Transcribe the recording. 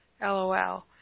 LOL